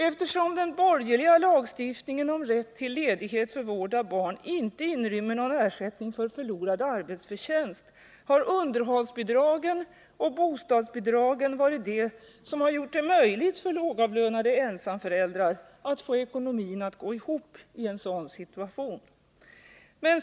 Eftersom den borgerliga lagstiftningen om rätt till ledighet för vård av barn inte inrymmer någon ersättning för förlorad arbetsförtjänst har underhållsbidragen och bostadsbidragen varit det som gjort det möjligt för lågavlönade ensamföräldrar att få ekonomin att gå ihop i en sådan situation.